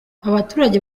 abaturage